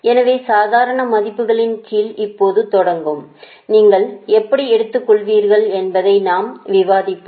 எனவே சாதாரண மதிப்புகளின் கீழ் இப்போது தொடங்கும் நீங்கள் எப்படி எடுத்துக்கொள்வீர்கள் என்பதை நாம் விவாதிப்போம்